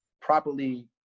properly